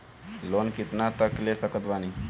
Loan कितना तक ले सकत बानी?